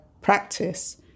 practice